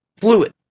fluid